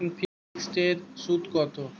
এখন ফিকসড এর সুদ কত?